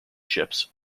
ships